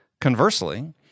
Conversely